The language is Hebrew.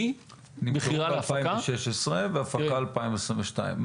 2016 עד 2022?